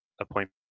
appointment